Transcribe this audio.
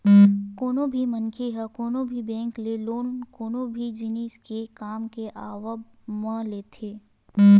कोनो भी मनखे ह कोनो भी बेंक ले लोन कोनो भी जिनिस के काम के आवब म लेथे